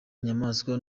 inyamaswa